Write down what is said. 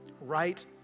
right